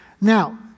Now